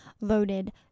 Voted